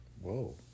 Whoa